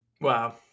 Wow